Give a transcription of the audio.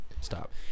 stop